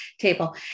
table